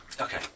Okay